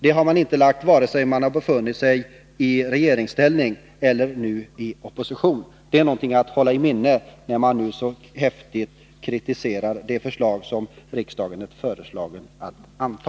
Det har man icke gjort vare sig i regeringsställning eller i opposition, och det är något att hålla i minne när man hör socialdemokraterna nu häftigt kritisera det förslag riksdagen nu uppmanas att anta.